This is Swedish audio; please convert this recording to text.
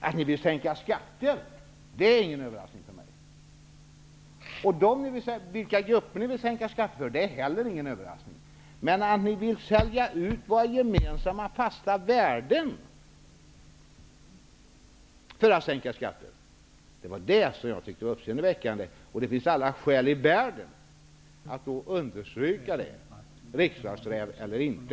Att ni vill sänka skatter är inte någon överraskning för mig. Vi vet också vilka grupper ni vill sänka skatterna för. Men det som jag ansåg vara uppseendeväckande är att ni vill sälja ut gemensamma värden för att kunna sänka skatter, och det finns det alla skäl i värden att påtala -- vare sig man är riksdagsräv eller inte.